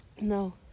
No